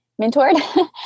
mentored